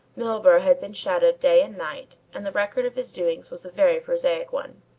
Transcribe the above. milburgh had been shadowed day and night, and the record of his doings was a very prosaic one.